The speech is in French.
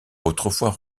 autrefois